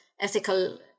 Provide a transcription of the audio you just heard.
ethical